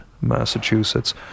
Massachusetts